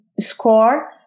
score